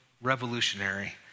revolutionary